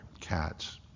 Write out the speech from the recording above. cats